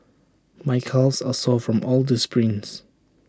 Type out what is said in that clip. my calves are sore from all the sprints